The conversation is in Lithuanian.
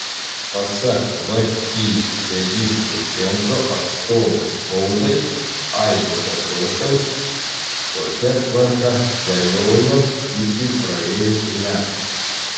pasak vį registrų centro atstovo spaudai aido petrošiaus tokia tvarka galiojo iki praėjusių metų